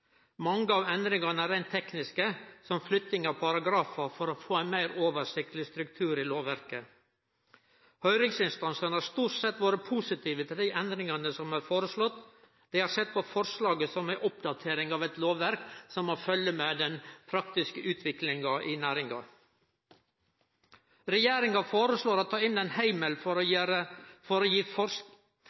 Mange av endringane er reint tekniske, som flytting av paragrafar for å få ein meir oversiktleg struktur i lovverket. Høyringsinstansane har stort sett vore positive til dei endringane som er foreslått. Dei har sett på forslaget som ei oppdatering av eit lovverk som må følge med den praktiske utviklinga i næringa. Regjeringa foreslår å ta inn ein